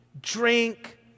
drink